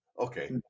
Okay